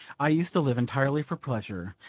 i used to live entirely for pleasure.